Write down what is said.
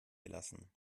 gelassen